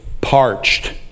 parched